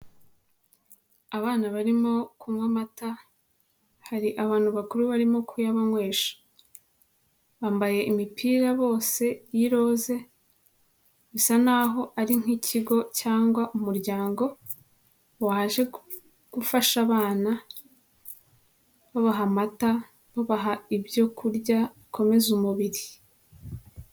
Abana barimo kunywa amata, hari abantu bakuru barimo kuyanbanywesha, bambaye imipira bose y'irose, bisa naho ari nk'ikigo cyangwa umuryango waje gufasha abana babaha amata, babaha ibyo kurya bakomeza umubiri.